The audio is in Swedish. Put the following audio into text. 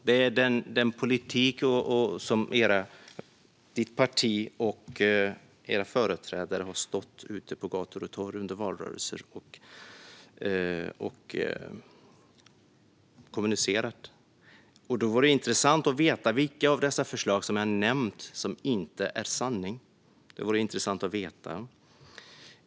Det är den politik som ditt parti och era företrädare har kommunicerat under valrörelser på gator och torg. Det vore intressant att få veta vilka av de förslag jag har nämnt som inte är sanna.